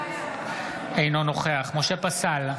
אינו נוכח משה פסל,